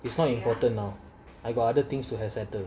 it's not important now I got other things to set~ settle